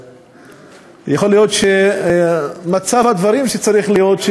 יכול להיות שמצב הדברים שצריך להיות,